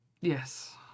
Yes